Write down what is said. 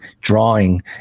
drawing